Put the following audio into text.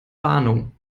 warnung